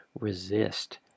resist